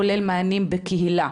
כולל מענים בקהילה.